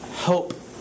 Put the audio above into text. help